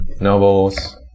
novels